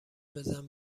بزن